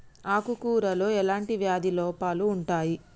ఆకు కూరలో ఎలాంటి వ్యాధి లోపాలు ఉంటాయి?